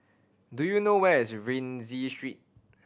do you know where is Rienzi Street